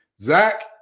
Zach